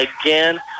again